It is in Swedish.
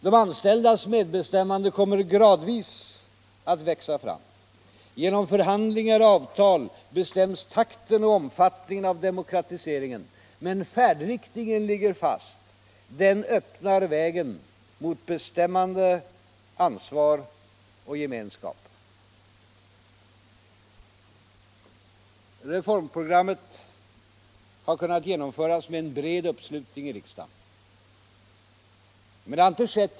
De anställdas medbestämmande kommer att gradvis växa fram. Genom förhandlingar och avtal bestäms takten och omfattningen av demokratiseringen. Men färdriktningen ligger fast. Den öppnar vägen mot bestämmande, ansvar och gemenskap. Reformprogrammet har kunnat genomföras med en bred uppslutning i riksdagen.